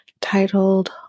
titled